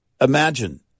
imagine